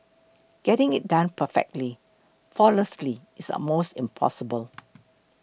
getting it done perfectly flawlessly is almost impossible